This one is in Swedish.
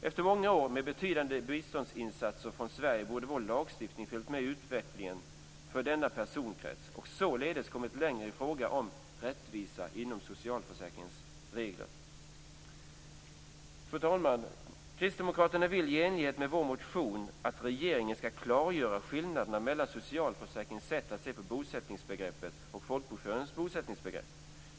Efter många år med betydande biståndsinsatser från Sverige borde vår lagstiftning följt med i utvecklingen för denna personkrets och således kommit längre i fråga om rättvisa inom socialförsäkringens regler. Fru talman! Kristdemokraterna vill i enlighet med vår motion att regeringen ska klargöra skillnaderna mellan socialförsäkringens sätt att se på bosättningsbegreppet och folkbokföringens bosättningsbegrepp.